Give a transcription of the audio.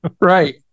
Right